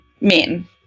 men